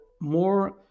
more